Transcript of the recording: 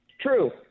True